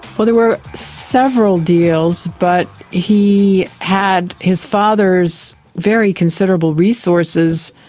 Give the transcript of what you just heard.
well, there were several deals but he had his father's very considerable resources